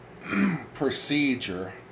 procedure